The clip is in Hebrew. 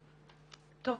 טוב,